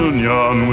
Union